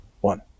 One